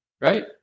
right